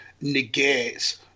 negates